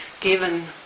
given